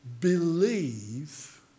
believe